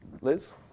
Liz